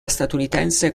statunitense